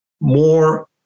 more